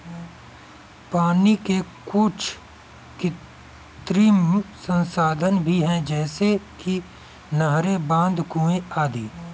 पानी के कुछ कृत्रिम संसाधन भी हैं जैसे कि नहरें, बांध, कुएं आदि